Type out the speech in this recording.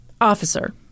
Officer